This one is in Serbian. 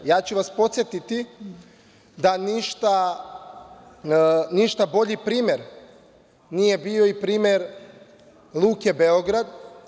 Ja ću vas podsetiti da ništa bolji primer nije bio i primer Luke Beograd.